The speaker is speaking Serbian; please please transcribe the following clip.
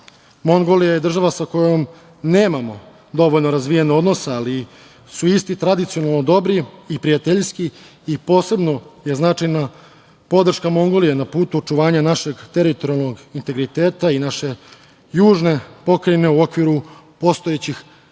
saradnji. Mongolija je država sa kojom nemamo dovoljno razvijene odnose, ali su isti tradicionalno dobri i prijateljski i posebno je značajna podrška Mongolije na putu očuvanja našeg teritorijalnog integriteta i naše južne Pokrajine u okviru postojećih državnih